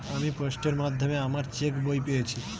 আমি পোস্টের মাধ্যমে আমার চেক বই পেয়েছি